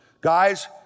Guys